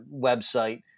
website